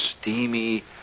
steamy